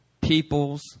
peoples